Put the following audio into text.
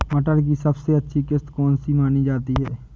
मटर की सबसे अच्छी किश्त कौन सी मानी जाती है?